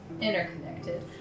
interconnected